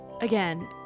again